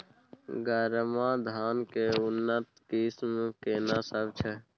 गरमा धान के उन्नत किस्म केना सब छै?